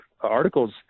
articles